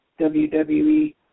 WWE